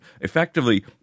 Effectively